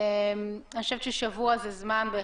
מאחר שכרגע אתם באים עם בקשה